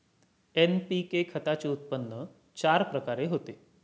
NPK खताचे उत्पन्न चार प्रकारे होते